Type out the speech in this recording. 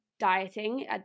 dieting